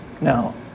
Now